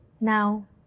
Now